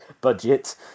budget